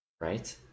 Right